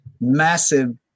massive